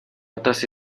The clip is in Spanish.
otras